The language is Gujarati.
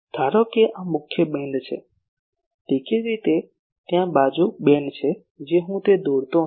ધારો કે આ મુખ્ય બીમ છે દેખીતી રીતે ત્યાં બાજુ બીમ છે જે હું તે દોરતો નથી